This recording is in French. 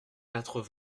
quatre